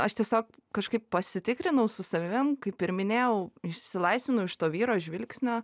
aš tiesiog kažkaip pasitikrinau su savim kaip ir minėjau išsilaisvinau iš to vyro žvilgsnio